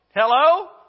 Hello